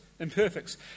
Imperfects